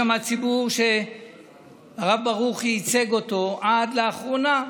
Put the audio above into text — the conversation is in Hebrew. יש שם ציבור שהרב ברוכי ייצג אותו עד לאחרונה,